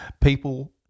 People